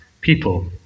people